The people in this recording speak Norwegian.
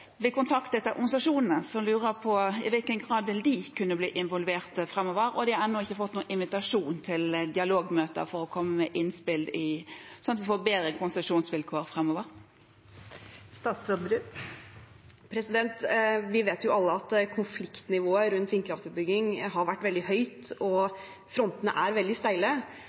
invitasjon til dialogmøter for å komme med innspill, sånn at man får bedre konsesjonsvilkår framover. Vi vet jo alle at konfliktnivået rundt vindkraftutbygging har vært veldig høyt, og frontene er veldig steile.